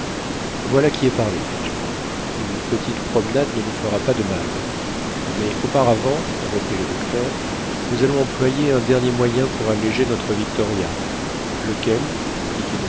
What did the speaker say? voilà qui est parlé fit joe une petite promenade ne nous fera pas de mal mais auparavant reprit le docteur nous allons employer un dernier moyen pour alléger notre victoria lequel fit